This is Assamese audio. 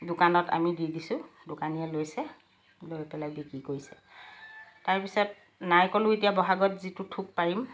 দোকানত আমি দি দিছোঁ দোকানীয়ে লৈছে লৈ পেলাই বিক্ৰী কৰিছে তাৰপিছত নাৰিকলো এতিয়া বহাগত যিটো থোক পাৰিম